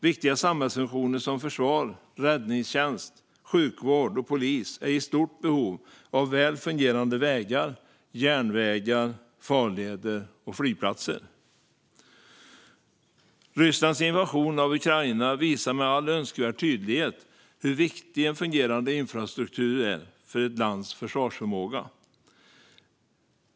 Viktiga samhällsfunktioner som försvar, räddningstjänst, sjukvård och polis är i stort behov av väl fungerande vägar, järnvägar, farleder och flygplatser. Rysslands invasion av Ukraina visar med all önskvärd tydlighet hur viktig en fungerande infrastruktur är för ett lands försvarsförmåga.